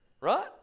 right